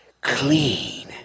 clean